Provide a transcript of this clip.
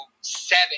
seven